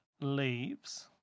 leaves